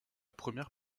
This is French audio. première